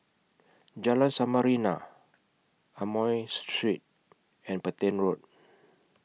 Jalan Samarinda Amoy Street and Petain Road